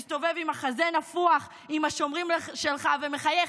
מסתובב עם החזה הנפוח עם השומרים שלך ומחייך